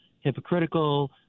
hypocritical